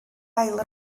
ail